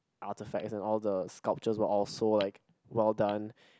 artefacts and all the sculptures were all so like well done